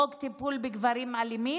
חוק טיפול בגברים אלימים.